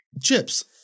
chips